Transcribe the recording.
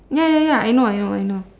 ya ya ya I know I know I know